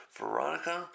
Veronica